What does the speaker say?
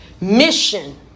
mission